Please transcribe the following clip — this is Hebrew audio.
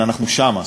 אבל אנחנו שם,